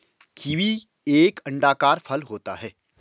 kiwi एक अंडाकार फल होता है